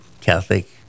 Catholic